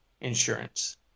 insurance